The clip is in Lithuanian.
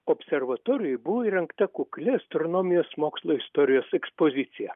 observatorijoj buvo įrengta kukli astronomijos mokslo istorijos ekspozicija